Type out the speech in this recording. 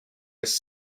has